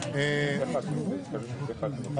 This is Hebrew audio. לכן לא אלינו לבוא בטענות.